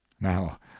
Now